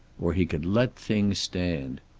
or he could let things stand.